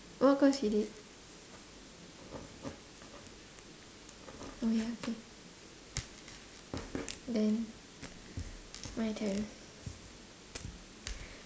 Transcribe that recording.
what course you did oh ya K then my turn